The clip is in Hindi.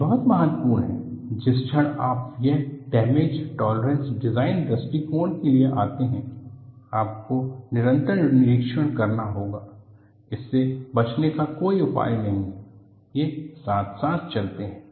यह बहुत महत्वपूर्ण है जिस क्षण आप एक डैमेज टॉलरैन्ट डिज़ाइन दृष्टिकोण के लिए आते हैं आपको निरंतर निरीक्षण करना होगा इससे बचने का कोई उपाय नहीं है ये साथ साथ चलते हैं